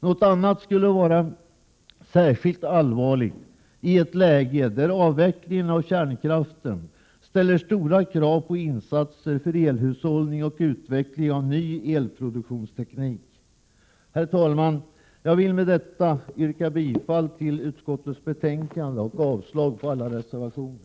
Något annat skulle vara särskilt allvarligt i ett läge där avvecklingen av kärnkraften ställer stora krav på insatser för elhushållning och utveckling av ny elproduktionsteknik. Herr talman! Jag yrkar bifall till utskottets hemställan och avslag på alla reservationer.